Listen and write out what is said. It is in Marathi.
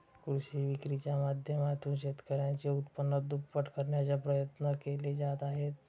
कृषी विक्रीच्या माध्यमातून शेतकऱ्यांचे उत्पन्न दुप्पट करण्याचा प्रयत्न केले जात आहेत